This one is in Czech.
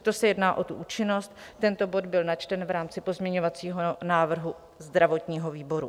To se jedná o tu účinnost, tento bod byl načten v rámci pozměňovacího návrhu zdravotního výboru.